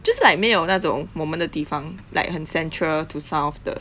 just like 没有那种我们的地方 like 很 central to south 的